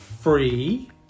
free